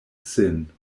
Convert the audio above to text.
sin